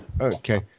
Okay